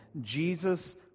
Jesus